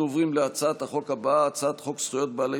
אנחנו עוברים להצעת החוק הבאה: הצעת חוק זכויות בעלי